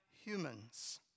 humans